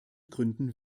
gründen